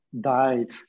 died